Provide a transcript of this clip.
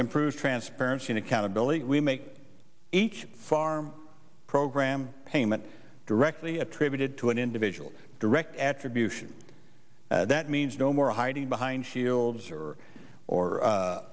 improve transparency accountability we make each farm program payment directly attributed to an individual's direct attribution that means no more hiding behind shields or or